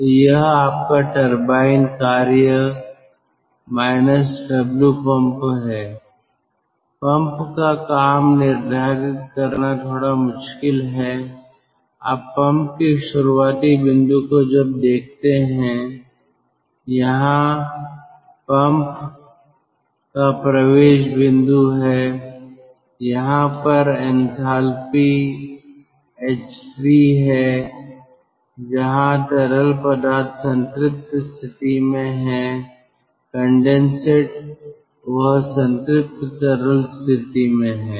तो यह आपका टरबाइन कार्य Wpump है पंप का काम निर्धारित करना थोड़ा मुश्किल है आप पंप के शुरुआती बिंदु को जब देखते हैं यहां पंप का प्रवेश बिंदु है यहां पर एंथैल्पी h3 है जहां तरल पदार्थ संतृप्त स्थिति में है कंडेनसेट वह संतृप्त तरल स्थिति है